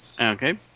Okay